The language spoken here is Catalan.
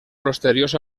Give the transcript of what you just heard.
posteriors